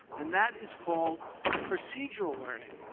and that is called procedural learning.